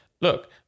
look